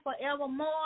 forevermore